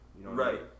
Right